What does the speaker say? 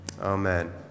amen